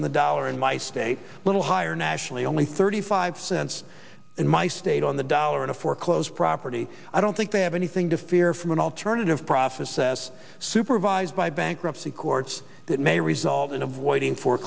on the dollar in my state little higher nationally only thirty five cents in my state on the dollar in a foreclosed property i don't think they have anything to fear from an alternative profit says supervised by bankruptcy courts that may result in